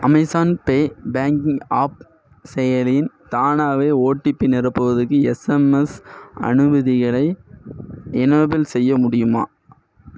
Amazon pay banking app செயலியில் தானாகவே OTP நிரப்புவதற்கு எஸ்எம்எஸ் அனுமதிகளை எனேபிள் செய்ய முடியுமா